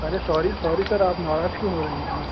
अरे sorry sorry sir आप नाराज़ क्यों हो रहें इतना